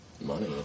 money